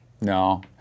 No